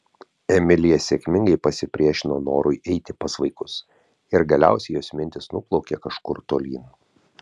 emilija sėkmingai pasipriešino norui eiti pas vaikus ir galiausiai jos mintys nuplaukė kažkur tolyn